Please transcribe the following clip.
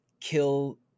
kill